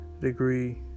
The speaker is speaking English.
degree